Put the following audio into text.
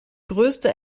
größte